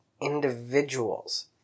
individuals